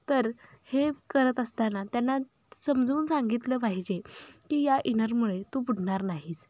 तर हे करत असताना त्यांना समजून सांगितलं पाहिजे की या इनरमुळे तू बुडणार नाहीस